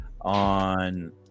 on